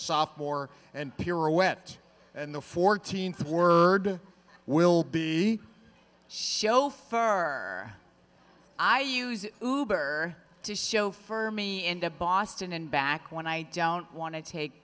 sophomore and pure a wet and the fourteenth word will be chauffeur i use her to chauffeur me end up boston and back when i don't want to take